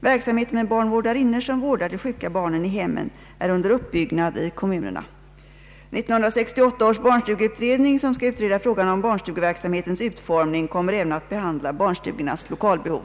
Verksamheten med barnvårdarinnor som vårdar de sjuka barnen i hemmen är under uppbyggnad i kommunerna. 1968 års barnstugeutredning, som skall utreda frågan om barnstugeverksamhetens utformning, kommer även att behandla barnstugornas lokalbehov.